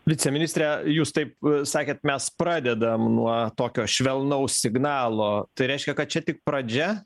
viceministre jūs taip sakėt mes pradedam nuo tokio švelnaus signalo tai reiškia kad čia tik pradžia